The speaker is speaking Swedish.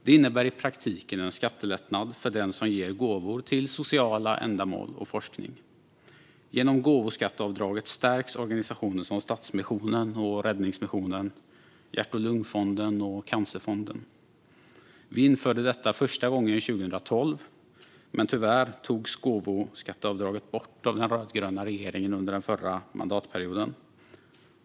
Det innebär i praktiken en skattelättnad för den som ger gåvor till sociala ändamål och till forskning. Genom gåvoskatteavdraget stärks organisationer som Stadsmissionen, Räddningsmissionen, Hjärt-Lungfonden och Cancerfonden. Vi införde detta första gången 2012, men tyvärr togs gåvoskatteavdraget bort av den rödgröna regeringen under den förra mandatperioden.